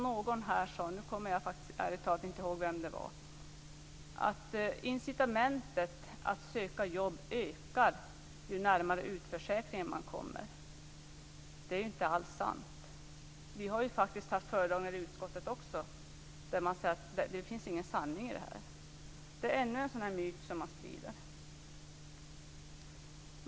Någon här sade - jag kommer ärligt talat inte ihåg vem - att incitamentet att söka jobb ökar ju närmare utförsäkringen man kommer. Det är inte alls sant. Vi har haft föredragningar i utskottet där man sagt att det inte finns någon sanning i detta. Det är ännu en myt som man sprider.